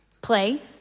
play